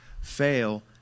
fail